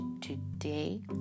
today